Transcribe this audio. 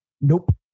Nope